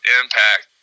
impact